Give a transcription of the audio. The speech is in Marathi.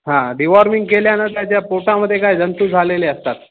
हां डिवॉर्मिंग केल्याने त्याच्या पोटामध्ये काय जंतू झालेले असतात